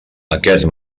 aquest